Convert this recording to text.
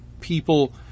people